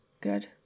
Good